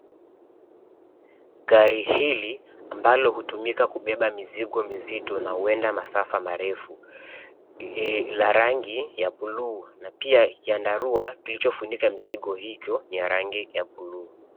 Gari hili ambalo hutumika kubeba mizigo mozito na huenda masafa marefu. Ni ya rangi ya blue na pia chandarua kilichofunika mizigo hiyo ni ya rangi ya blue .